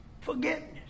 Forgiveness